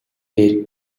дээр